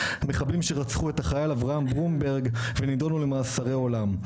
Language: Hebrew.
מחבלים שרצחו את החייל אברהם ברומברג ונידונו למאסרי עולם,